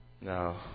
No